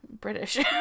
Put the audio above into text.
British